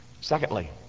Secondly